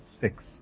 six